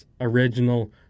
Original